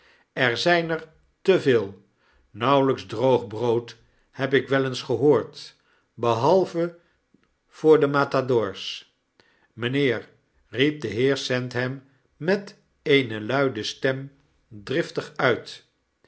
er zgn er te veel nauweljjks droog brood heb ik wel eens geboord behalve voor de matadors mjjnheer riep de heer sandham met eene luide stem driftig uit